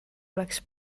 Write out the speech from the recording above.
oleks